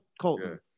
Colton